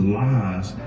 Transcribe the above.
lies